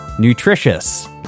nutritious